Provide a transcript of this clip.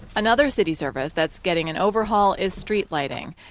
another city service that's getting an overhaul is street lighting.